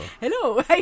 Hello